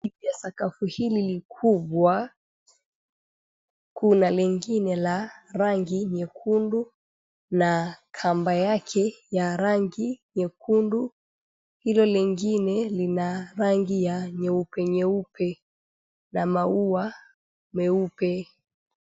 Juu ya sakafu hili likubwa kuna lingine la rangi nyekundu na kamba yake ya rangi nyekundu, hilo lengine lina rangi ya nyeupe nyeupe na maua meupe .